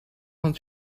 het